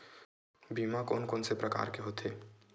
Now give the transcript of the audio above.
बीमा कोन कोन से प्रकार के होथे?